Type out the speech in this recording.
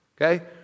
Okay